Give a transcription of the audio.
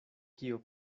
kio